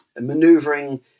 maneuvering